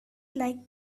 like